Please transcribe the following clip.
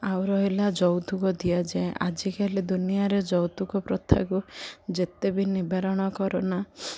ଆଉ ରହିଲା ଯୌତୁକ ଦିଆଯାଏ ଆଜିକାଲି ଦୁନିଆରେ ଯୌତୁକ ପ୍ରଥାକୁ ଯେତେ ବି ନିବାରଣ କର ନା